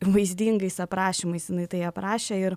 vaizdingais aprašymais jinai tai aprašė ir